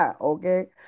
Okay